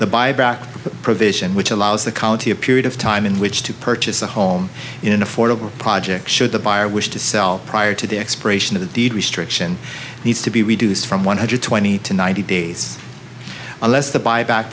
the buyback provision which allows the county a period of time in which to purchase a home in an affordable project should the buyer wish to sell prior to the expiration of the deed restriction needs to be reduced from one hundred twenty to ninety days unless the buyback